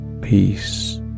peace